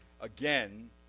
again